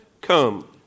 come